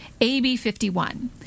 AB-51